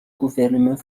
gouvernement